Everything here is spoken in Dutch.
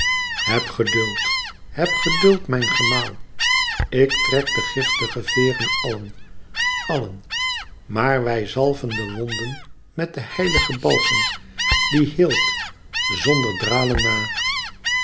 heb geduld heb geduld mijn gemaal ik trek de giftige veêren allen àllen maar wij zalven de wonden met den heiligen balsem die heelt zonder dralen na